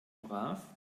brav